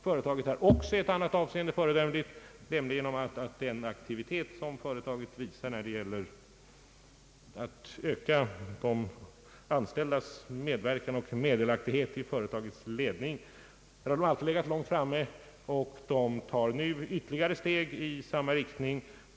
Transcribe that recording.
Företaget är också i ett annat avseende föredömligt, nämligen på så sätt att man alltid legat långt framme när det har gällt att visa aktivitet för att öka de anställdas medverkan och meddelaktighet i företagets ledning. Företaget tar nu ytterligare ett steg i samma riktning.